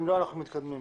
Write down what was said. אם לא, אנחנו מתקדמים.